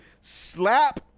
slap